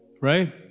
Right